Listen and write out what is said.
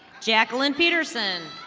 jackilen peterson.